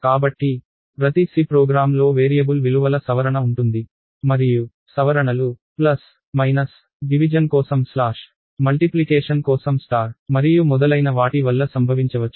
కాబట్టి ప్రతి C program లో వేరియబుల్ విలువల సవరణ ఉంటుంది మరియు సవరణలు ప్లస్ మైనస్ డివిజన్ కోసం స్లాష్ మల్టిప్లికేషన్ కోసం స్టార్ మరియు మొదలైన వాటి వల్ల సంభవించవచ్చు